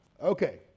okay